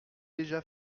déjà